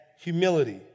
humility